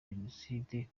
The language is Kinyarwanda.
jenoside